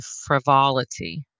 frivolity